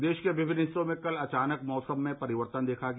प्रदेश के विभिन्न हिस्सों में कल अचानक मौसम में परिवर्तन देखा गया